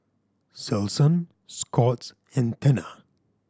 Selsun Scott's and Tena